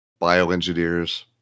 Bioengineers